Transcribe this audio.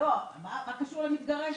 מה קשור ל"מתגרשת"?